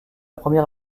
première